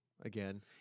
again